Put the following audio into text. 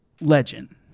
Legend